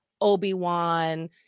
Obi-Wan